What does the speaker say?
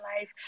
life